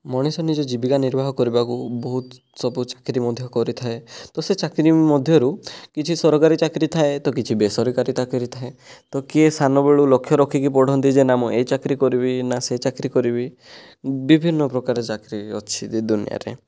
ମଣିଷ ନିଜ ଜୀବିକା ନିର୍ବାହ କରିବାକୁ ବହୁତ ସବୁ ଚାକିରି ମଧ୍ୟ କରିଥାଏ ତ ସେ ଚାକିରି ମଧ୍ୟରୁ କିଛି ସରକାରୀ ଚାକିରି ଥାଏ ତ କିଛି ବେସରକାରୀ ଚାକିରି ଥାଏ ତ କିଏ ସାନବେଳୁ ଲକ୍ଷ୍ୟ ରଖିକି ପଢ଼ନ୍ତି ଯେ ନା ମୁଁ ଏଇ ଚାକିରି କରିବି ନା ସେ ଚାକିରି କରିବି ବିଭିନ୍ନ ପ୍ରକାର ଚାକିରି ଅଛି ଏ ଦୁନିଆଁରେ